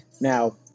Now